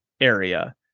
area